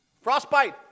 frostbite